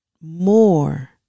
more